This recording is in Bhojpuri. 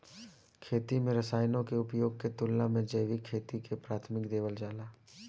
खेती में रसायनों के उपयोग के तुलना में जैविक खेती के प्राथमिकता देवल जाला